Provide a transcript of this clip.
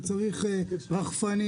הוא צריך רחפנים.